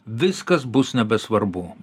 viskas bus nebesvarbu